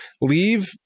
Leave